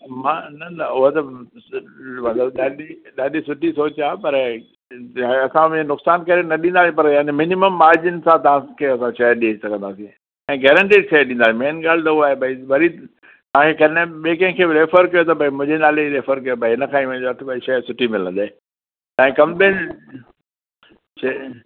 मां न न उहा त ॾाढी ॾाढी सुठी सोच आहे पर असांमें नुक़सान करे न ॾींदा पर मिनिमम मार्जिन सां तव्हांखे शइ ॾेई सघंदासीं ऐं गैरंटिड शइ ॾींदा मेन ॻाल्हि त उहा आहे भई वरी हाणे कंदै बे कंहिंखे रैफर कर त भई मुंहिंजे नाले खे रैफर कर भई हिनखां ई वठु भई शइ सुठी मिलंदे ताईं कम्प्लेन शइ